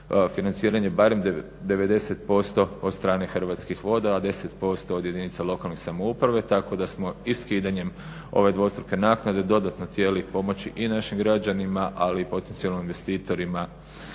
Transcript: financiranja barem 90% od strane Hrvatskih voda, a 10% od jedinica lokalne samouprave tako da smo i skidanjem ove dvostruke naknade dodatno htjeli pomoći i našim građanima, ali i potencijalnom investitorima